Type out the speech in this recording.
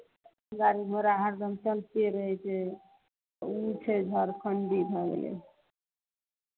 गाड़ी घोड़ा हरदम चलिते रहै छै तऽ ओ छै झरखंडी भऽ गेलै